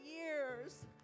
years